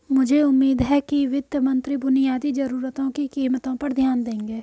मुझे उम्मीद है कि वित्त मंत्री बुनियादी जरूरतों की कीमतों पर ध्यान देंगे